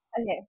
Okay